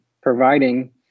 providing